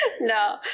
no